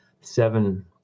seven